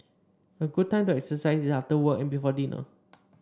a good time to exercise is after work and before dinner